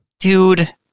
Dude